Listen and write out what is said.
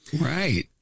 Right